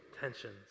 tensions